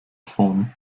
form